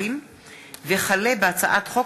וכלה בהצעת חוק